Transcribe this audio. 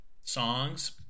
songs